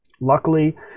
luckily